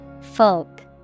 Folk